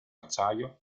acciaio